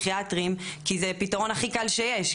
פסיכיאטריים כי זה הפתרון הכי קל שיש,